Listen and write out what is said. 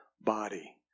body